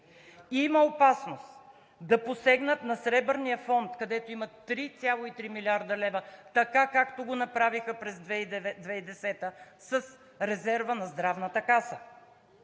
Има опасност да посегнат на Сребърния фонд, където има 3,3 млрд. лв., така както го направиха през 2010 г. с резерва на Здравната каса